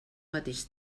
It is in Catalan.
mateix